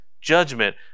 judgment